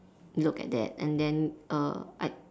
look at that and then err I